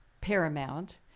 paramount